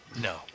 No